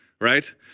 right